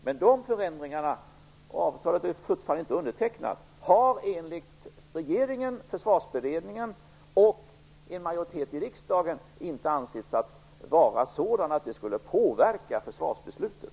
Avtalet är ännu inte undertecknat, och de förändringarna har enligt regeringen, Försvarsberedningen och en majoritet i riksdagen inte ansetts vara sådana att de skulle påverka försvarsbeslutet.